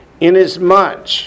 Inasmuch